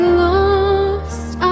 lost